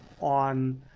on